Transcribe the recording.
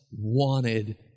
wanted